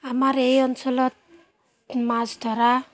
আমাৰ এই অঞ্চলত এই মাছ ধৰা